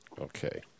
Okay